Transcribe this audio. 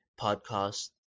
podcast